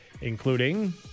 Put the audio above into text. including